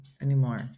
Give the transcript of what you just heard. anymore